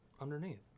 Underneath